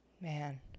man